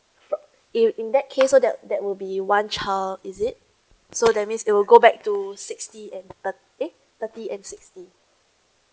in in that case so that that will be one child is it so that means it will go back to sixty and thi~ eh thirty and sixty